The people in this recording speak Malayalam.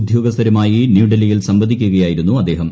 ഉദ്യോഗസ്ഥരുമായി ന്യൂഡൽഹിയിൽ സംവദിക്കുകയായിരുന്നു അദ്ദേഹം